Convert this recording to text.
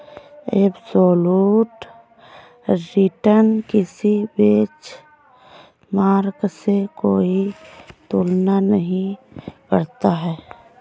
absolute return किसी benchmark से कोई तुलना नहीं करता